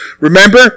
Remember